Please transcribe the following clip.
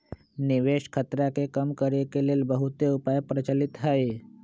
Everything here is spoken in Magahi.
निवेश खतरा के कम करेके के लेल बहुते उपाय प्रचलित हइ